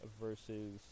versus